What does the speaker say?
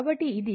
కాబట్టి ఇది